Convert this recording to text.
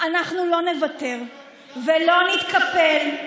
אנחנו לא נוותר ולא נתקפל,